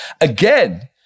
Again